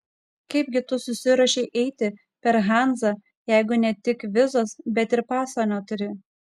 kaip gi tu susiruošei eiti per hanzą jeigu ne tik vizos bet ir paso neturi